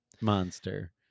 monster